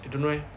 I don't eh